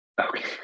Okay